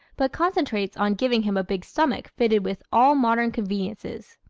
but concentrates on giving him a big stomach fitted with all modern conveniences.